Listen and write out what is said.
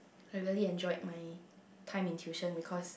I really enjoyed my time in tuition because